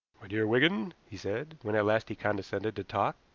my dear wigan, he said, when at last he condescended to talk,